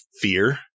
fear